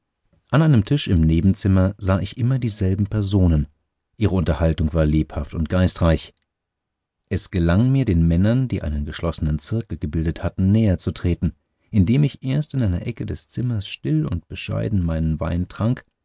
an einem tisch im nebenzimmer sah ich immer dieselben personen ihre unterhaltung war lebhaft und geistreich es gelang mir den männern die einen geschlossenen zirkel gebildet hatten näherzutreten indem ich erst in einer ecke des zimmers still und bescheiden meinen wein trank